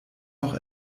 noch